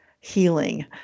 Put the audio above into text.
healing